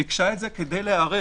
עשתה זאת כדי להיערך.